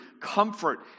comfort